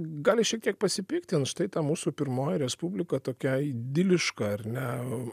gali šiek tiek pasipiktint štai ta mūsų pirmoji respublika tokia idiliška ar ne